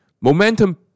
momentum